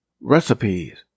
recipes